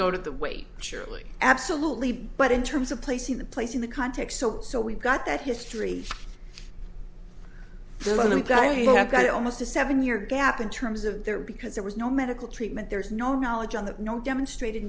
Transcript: go to the weight surely absolutely but in terms of placing the place in the context so we've got that history the only guy who got almost a seven year gap in ter isn't there because there was no medical treatment there's no knowledge on that no demonstrated